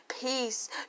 peace